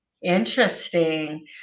Interesting